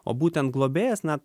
o būtent globėjas na